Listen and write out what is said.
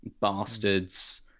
bastards